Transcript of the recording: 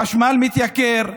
החשמל מתייקר,